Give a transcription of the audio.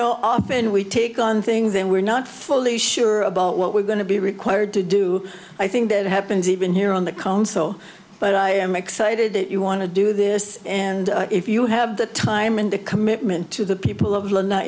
know often we take on things and we're not fully sure about what we're going to be required to do i think that happens even here on the council but i am excited that you want to do this and if you have the time and the commitment to the people of lo